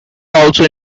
also